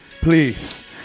please